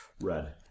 Red